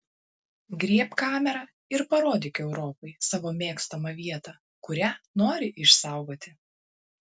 griebk kamerą ir parodyk europai savo mėgstamą vietą kurią nori išsaugoti